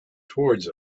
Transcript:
towards